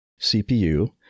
CPU